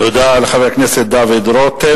תודה לחבר הכנסת דוד רותם.